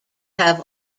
have